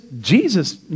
Jesus